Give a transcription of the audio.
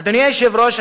אדוני היושב-ראש,